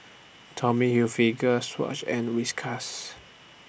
Tommy Hilfiger Swatch and Whiskas